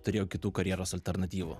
turėjau kitų karjeros alternatyvų